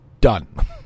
Done